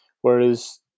Whereas